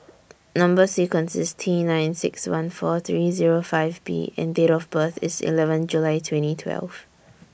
Number sequence IS T nine six one four three five B and Date of birth IS eleven July twenty twelve